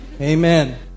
Amen